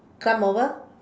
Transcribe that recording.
come over